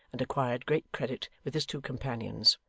and acquired great credit with his two companions.